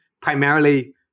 primarily